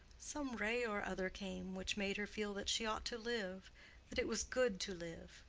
some ray or other came which made her feel that she ought to live that it was good to live,